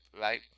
right